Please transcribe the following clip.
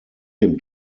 dem